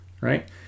right